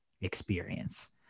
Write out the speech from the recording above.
experience